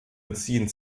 beziehen